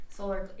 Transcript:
Solar